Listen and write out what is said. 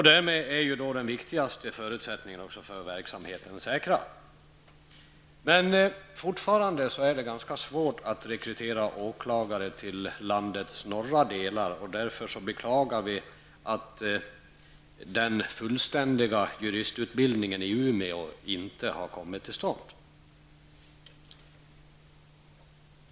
Därmed är den viktigaste förutsättningen för verksamheten säkrad. Men fortfarande är det ganska svårt att rekrytera åklagare till landets norra delar. Vi beklagar därför att den fullständiga juristutbildningen i Umeå inte har kommit till stånd.